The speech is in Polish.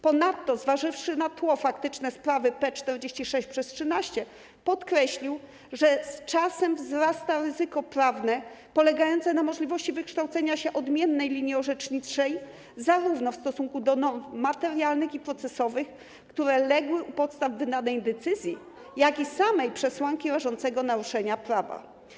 Ponadto, zważywszy na tło faktyczne sprawy P46/13, podkreślił, że z czasem wzrasta ryzyko prawne polegające na możliwości wykształcenia się odmiennej linii orzeczniczej zarówno w stosunku do norm materialnych i procesowych, które legły u podstaw wydanej decyzji, jak i samej przesłanki rażącego naruszenia prawa.